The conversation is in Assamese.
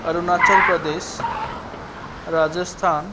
অৰুণাচল প্ৰদেশ ৰাজস্থান